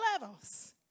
levels